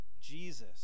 Jesus